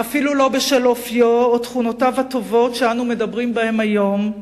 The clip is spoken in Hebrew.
ואפילו לא בשל אופיו או יתרונותיו שאנו מדברים בהם היום.